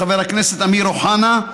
חבר הכנסת אמיר אוחנה,